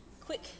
quick